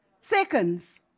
Seconds